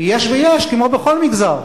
יש ויש, כמו בכל מגזר.